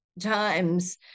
times